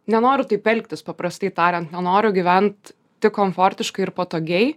nenoriu taip elgtis paprastai tariant nenoriu gyvent tik komfortiškai ir patogiai